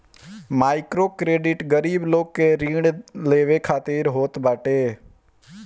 microcredit गरीब लोग के ऋण लेवे खातिर होत बाटे